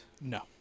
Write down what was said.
No